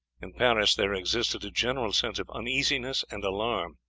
in paris there existed a general sense of uneasiness and alarm.